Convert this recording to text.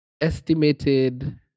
Estimated